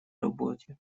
работе